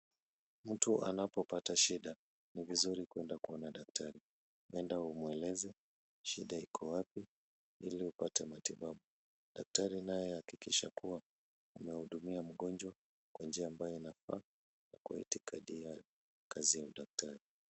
Mtu anapopata shida ni vizuri kwenda kuona daktari. Nenda umweleze shida iko wapi ili upate matibabu. Daktari naye ahakikishe kuwa unahudumia mgonjwa kwa njia ambayo inafaa kwa itikadi ya kazi ya udaktari.